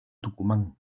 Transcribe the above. tucumán